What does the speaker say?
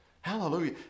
hallelujah